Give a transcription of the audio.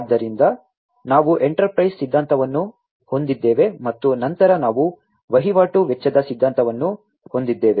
ಆದ್ದರಿಂದ ನಾವು ಎಂಟರ್ಪ್ರೈಸ್ ಸಿದ್ಧಾಂತವನ್ನು ಹೊಂದಿದ್ದೇವೆ ಮತ್ತು ನಂತರ ನಾವು ವಹಿವಾಟು ವೆಚ್ಚದ ಸಿದ್ಧಾಂತವನ್ನು ಹೊಂದಿದ್ದೇವೆ